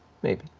maybe.